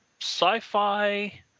Sci-fi